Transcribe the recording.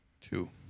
two